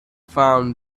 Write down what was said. found